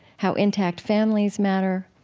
how intact families matter.